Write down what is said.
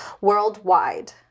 worldwide